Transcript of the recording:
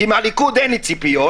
כי מהליכוד אין לי ציפיות